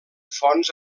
fonts